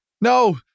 No